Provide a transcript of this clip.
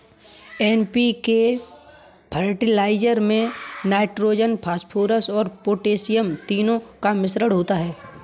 NPK fertilizer में nitrogen, phosphorus और potassium तीनों का मिश्रण होता है